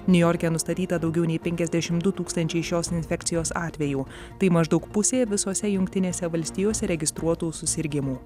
niujorke nustatyta daugiau nei penkiasdešimt du tūkstančiai šios infekcijos atvejų tai maždaug pusė visose jungtinėse valstijose registruotų susirgimų